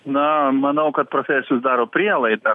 na manau kad profesorius daro prielaidą